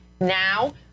now